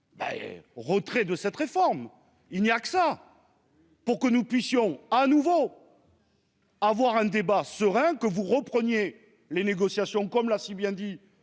retrait de cette réforme, il n'y a que ça. Pour que nous puissions à nouveau. Avoir un débat serein que vous repreniez les négociations, comme l'a si bien dit